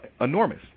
enormous